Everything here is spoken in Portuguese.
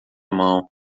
mão